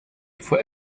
for